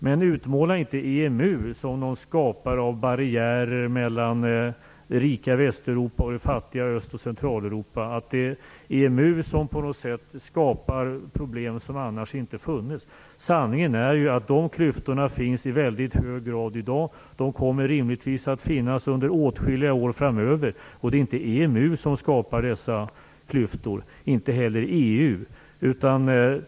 Men utmåla inte EMU som någon skapare av barriärer mellan det rika Västeuropa och det fattiga Öst och Centraleuropa, och utmåla det inte så att EMU skapar problem som annars inte funnes! Sanningen är ju att dessa klyftor i väldigt hög grad finns i dag. De kommer rimligtvis att finnas i åtskilliga år framöver. Det är inte EMU som skapar dessa klyftor, och inte heller EU.